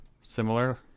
similar